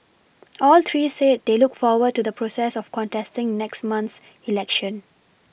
all three said they look forward to the process of contesting next month's election